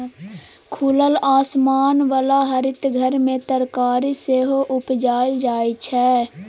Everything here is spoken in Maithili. खुलल आसमान बला हरित घर मे तरकारी सेहो उपजाएल जाइ छै